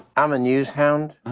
i'm a news hound.